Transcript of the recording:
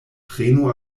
prenu